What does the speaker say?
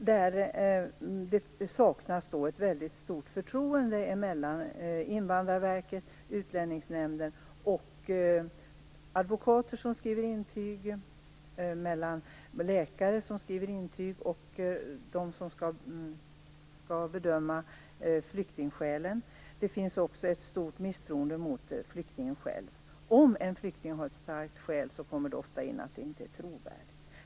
Det saknas förtroende mellan Invandrarverket, Utlänningsnämnden och advokater som skriver intyg, mellan läkare som skriver intyg och dem som skall bedöma flyktingskälen. Det finns också ett stort misstroende mot flyktingen själv. Om en flykting har ett starkt skäl heter det ofta att det inte är trovärdigt.